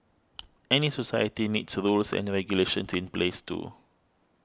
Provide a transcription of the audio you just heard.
any society needs rules and regulations in place too